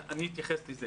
אני אתייחס גם לזה.